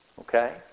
Okay